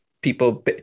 people